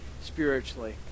spiritually